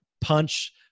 punch